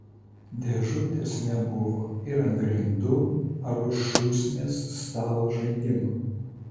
dėžutės nebuvo ir ant grindų ar už šūsnies stalo žaidimų